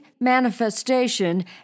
manifestation